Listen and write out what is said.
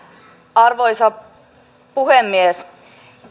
arvoisa puhemies